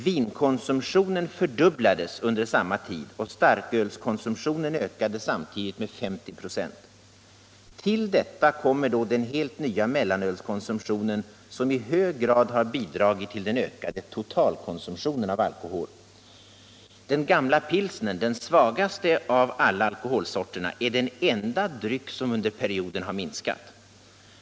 Vinkonsumtionen fördubblades under samma tid, och starkölskonsumtionen ökade samtidigt med 50 96. Till detta kommer då den helt nya mellanölskonsumtionen, som i hög grad har bidragit till den ökade totalkonsumtionen av alkohol. Den gamla pilsnern, den svagaste av alla alkoholsorterna, är den enda dryck som under perioden visar minskning.